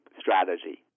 strategy